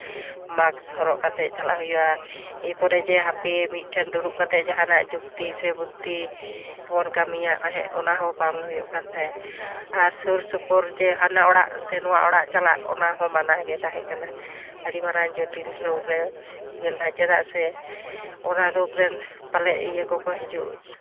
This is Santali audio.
ᱢᱟᱠᱥ ᱦᱚᱨᱚᱜ ᱠᱟᱛᱮᱫ ᱪᱟᱞᱟᱜ ᱦᱩᱭᱩᱜᱼᱟ ᱮᱯᱚᱨᱮ ᱡᱮ ᱦᱟᱯᱮ ᱢᱤᱫᱴᱷᱮᱱ ᱫᱩᱲᱩᱩᱵ ᱠᱟᱛᱮ ᱡᱟᱦᱟᱱᱟᱜ ᱡᱩᱠᱛᱤ ᱥᱮ ᱵᱩᱫᱽᱫᱷᱤ ᱵᱚᱱ ᱠᱟᱹᱢᱤᱭᱟ ᱮᱸᱦᱮᱜ ᱚᱱᱟ ᱦᱚᱸ ᱵᱟᱝ ᱦᱩᱭᱩᱜ ᱠᱟᱱ ᱛᱟᱦᱮᱸᱫ ᱟᱨ ᱥᱩᱨ ᱥᱩᱯᱩᱨ ᱡᱮ ᱦᱟᱱᱟ ᱚᱲᱟᱜ ᱥᱮ ᱱᱚᱣᱟ ᱚᱲᱟᱜ ᱪᱟᱞᱟᱜ ᱚᱱᱟ ᱦᱚᱸ ᱢᱟᱱᱟ ᱜᱮ ᱛᱟᱦᱮᱸᱠᱟᱱᱟ ᱟᱹᱰᱤ ᱢᱟᱨᱟᱝ ᱡᱚᱴᱤᱞ ᱨᱳᱜᱮ ᱤᱭᱟᱹ ᱞᱮᱫᱟ ᱪᱮᱫᱟᱜ ᱥᱮ ᱚᱱᱟ ᱨᱳᱜᱽ ᱨᱮᱱ ᱯᱟᱞᱮᱜ ᱤᱭᱟᱹ ᱠᱚᱠᱚ ᱦᱤᱡᱩᱜ